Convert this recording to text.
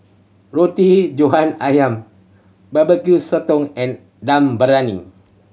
Roti John Ayam Barbecue Sotong and Dum Briyani